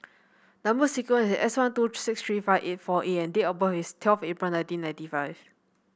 number sequence is S one two six three five eight four A and date of birth is twelve April nineteen ninety five